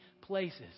places